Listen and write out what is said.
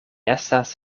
estas